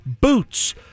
Boots